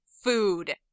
food